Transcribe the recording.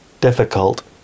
difficult